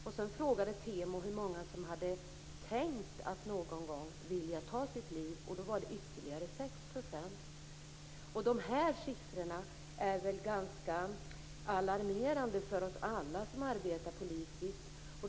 TEMO frågade också hur många som någon gång hade tänkt att de ville ta sitt liv, och det var ytterligare 6 %. De här siffrorna är väl ganska alarmerande för oss alla som arbetar politiskt.